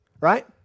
right